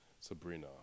Sabrina